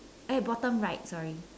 eh bottom right sorry